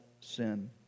sin